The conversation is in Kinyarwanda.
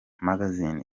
magazine